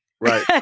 Right